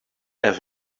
have